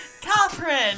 Catherine